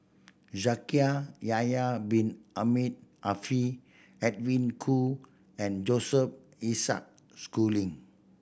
Shaikh Yahya Bin Ahmed Afifi Edwin Koo and Joseph Isaac Schooling